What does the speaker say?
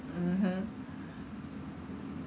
mmhmm